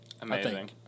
Amazing